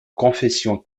confession